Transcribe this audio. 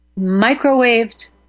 microwaved